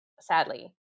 sadly